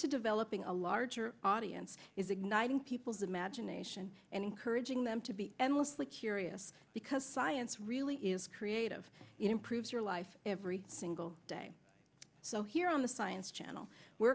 to developing a larger audience is igniting people's imagination and encouraging them to be endlessly curious because science really is creative improves your life every single day so here on the science channel were